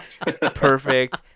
Perfect